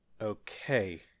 Okay